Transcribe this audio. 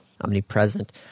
omnipresent